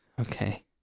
Okay